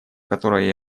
которое